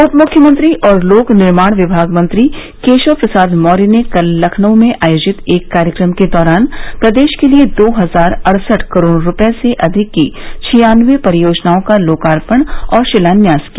उप मुख्यमंत्री और लोक निर्माण विभाग मंत्री केशव प्रसाद मौर्य ने कल लखनऊ में आयोजित एक कार्यक्रम के दौरान प्रदेश के लिये दो हजार अड़सठ करोड़ रूपये से अधिक की छियानवे परियोजनाओं का लोकार्पण और शिलान्यास किया